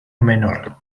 menor